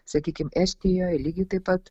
sakykim estijoj lygiai taip pat